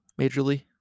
majorly